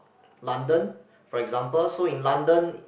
London for example so in London